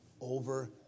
over